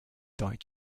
died